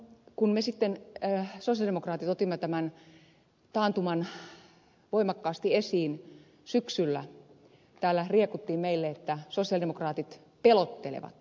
kun me sosialidemokraatit sitten otimme tämän taantuman voimakkaasti esiin syksyllä täällä riekuttiin meille että sosialidemokraatit pelottelevat